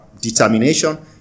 determination